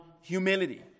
humility